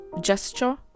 gesture